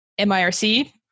MIRC